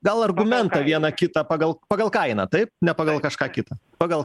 gal argumentą vieną kitą pagal pagal kainą taip ne pagal kažką kitą pagal